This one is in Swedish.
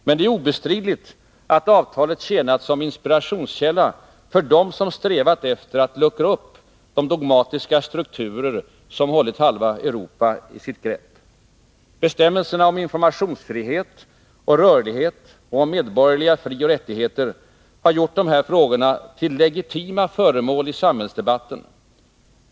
Men det är obestridligt att avtalet tjänat som en inspirationskälla för dem som strävat efter att luckra upp de dogmatiska strukturer som hållit halva Europa i sitt grepp. Bestämmelserna om informationsfrihet och rörlighet samt om medborgerliga frioch rättigheter har gjort dessa frågor till legitima föremål i samhällsdebatten.